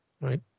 right